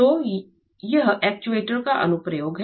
तो यह एक्चुएटर का अनुप्रयोग है